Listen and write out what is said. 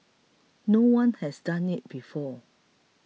no one has done it before